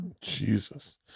Jesus